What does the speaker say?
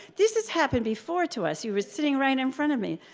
this has happened before to us, you were sitting right in front of me.